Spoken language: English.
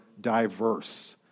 diverse